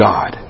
God